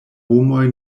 homoj